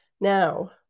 Now